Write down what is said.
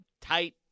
tight